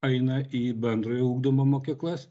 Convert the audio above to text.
aina į bendrojo ugdymo mokyklas